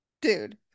dude